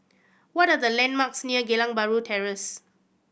what are the landmarks near Geylang Bahru Terrace